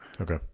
okay